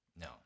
No